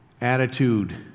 attitude